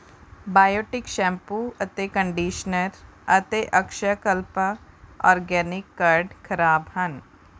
Biotique shampoo ਅਤੇ conditioner ਅਤੇ Akshayakalpa organic curd ਖਰਾਬ ਹਨ